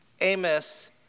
Amos